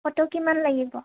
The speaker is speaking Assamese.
ফটো কিমান লাগিব